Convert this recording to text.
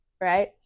right